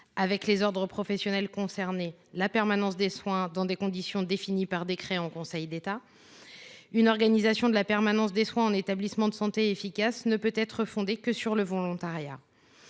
avec les ordres professionnels concernés, la permanence des soins dans des conditions définies par décret en Conseil d’État. Une organisation efficace de la permanence des soins en établissements de santé ne peut être fondée que sur le volontariat.